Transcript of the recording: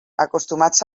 acostumats